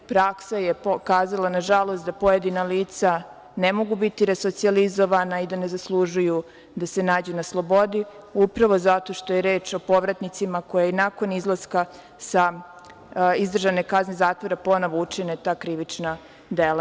Praksa je nažalost pokazala da pojedina lica ne mogu biti resocijalizovana i da ne zaslužuju da se nađu na slobodi upravo zato što je reč o povratnicima koji nakon izlaska sa izdržane kazne zatvora ponovo učine ta krivična dela.